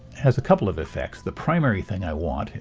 has a couple of effects. the primary thing i want,